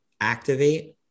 activate